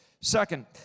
Second